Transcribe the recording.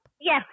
yes